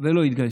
ולא יתגייסו.